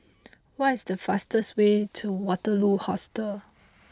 what is the fastest way to Waterloo Hostel